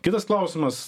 kitas klausimas